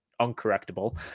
uncorrectable